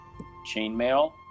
chainmail